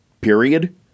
period